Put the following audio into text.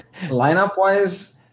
lineup-wise